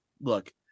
look